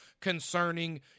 concerning